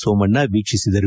ಸೋಮಣ್ಣ ವೀಕ್ಷಿಸಿದರು